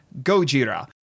Gojira